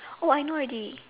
oh I know already